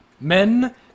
Men